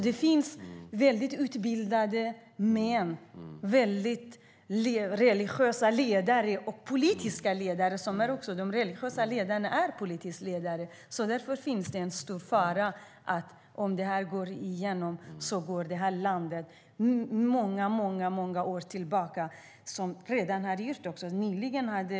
Det finns alltså utbildade män, religiösa ledare och politiska ledare - de religiösa ledarna är politiska ledare - som driver detta. Därför är faran stor för att om detta går igenom går landet många år tillbaka, och det har det också redan gjort.